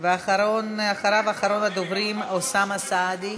ואחריו, אחרון הדוברים, אוסאמה סעדי,